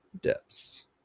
depths